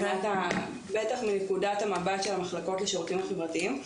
בטח מנקודת המבט של המחלקות לשירותים חברתיים.